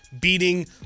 beating